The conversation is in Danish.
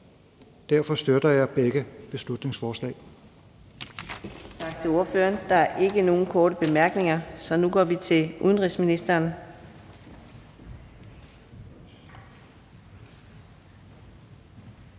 Derfor støtter jeg begge beslutningsforslag.